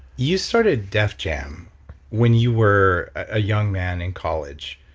you started def jam when you were a young man in college,